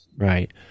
Right